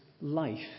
life